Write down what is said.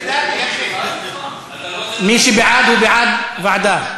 להצבעה.) מי שבעד, הוא בעד ועדה.